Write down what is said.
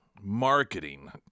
marketing